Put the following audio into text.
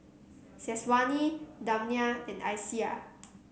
Syazwani Damia and Aisyah